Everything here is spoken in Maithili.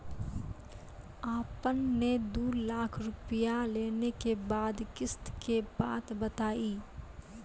आपन ने दू लाख रुपिया लेने के बाद किस्त के बात बतायी?